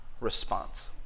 response